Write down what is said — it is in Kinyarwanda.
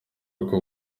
uko